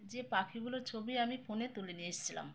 যে পাখিগুলো ছবি আমি ফোনে তুলে নিয়ে এসছিলাম